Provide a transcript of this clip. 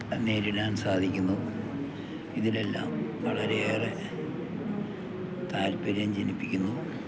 നേരിടാന് സാധിക്കുന്നു ഇതിനെല്ലാം വളരെയേറെ താല്പര്യം ജനിപ്പിക്കുന്നു